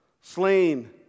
slain